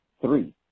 Three